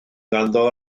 ganddo